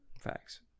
Facts